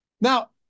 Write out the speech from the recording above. Now